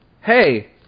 hey